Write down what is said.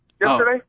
Yesterday